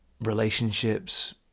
relationships